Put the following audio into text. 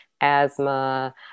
asthma